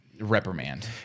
reprimand